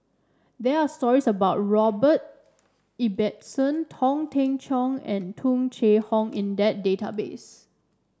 there are stories about Robert Ibbetson Teng Cheong and Tung Chye Hong in that database